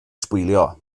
sbwylio